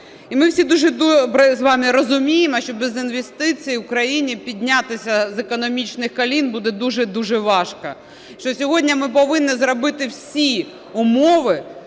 І ми всі дуже добре з вами розуміємо, що без інвестицій Україні піднятися з економічних колін буде дуже-дуже важко, що сьогодні ми повинні зробити всі умови